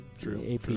True